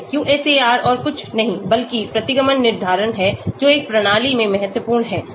QSAR और कुछ नहीं बल्कि प्रतिगमन निर्धारण है जो एक प्रणाली में महत्वपूर्ण हैं